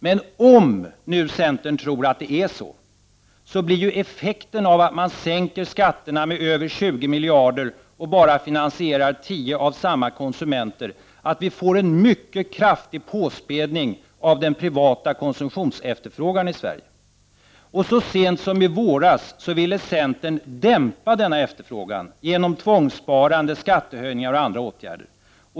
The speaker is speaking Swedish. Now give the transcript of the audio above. Men om centern tror att det är så, blir effekten av att man sänker skatterna med över 20 miljarder och låter samma konsumenter bara finansiera 10 av dem, att vi får en mycket kraftig påspädning av den privata konsumtionsefterfrågan i Sverige. Så sent som i våras ville centern dämpa denna efterfrågan genom tvångssparande, skattehöjningar och andra åtgärder.